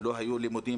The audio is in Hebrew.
לא היו לימודים.